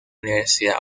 universidad